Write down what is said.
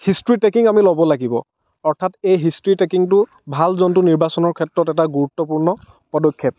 history taking আমি ল'ব লাগিব অৰ্থাৎ এই হিষ্ট্ৰি টেকিংটো ভাল জন্তু নিৰ্বাচনৰ ক্ষেত্ৰত এটা গুৰুত্বপূৰ্ণ পদক্ষেপ